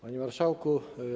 Panie Marszałku!